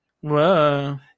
Whoa